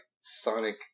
sonic